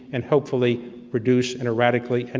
and hopefully reduce and erratically, and